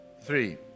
three